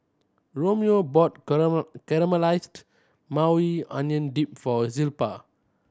Romeo bought Caramelized Maui Onion Dip for Zilpah